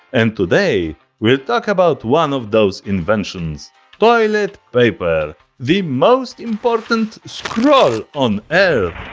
and today we'll talk about one of those inventions toilet paper the most important scroll on earth